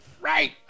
Right